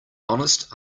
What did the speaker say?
honest